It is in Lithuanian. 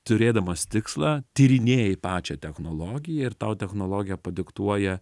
turėdamas tikslą tyrinėji pačią technologiją ir tau technologija padiktuoja